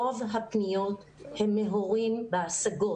רוב הפניות הן מהורים בהשגות.